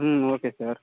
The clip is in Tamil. ம் ஓகே சார்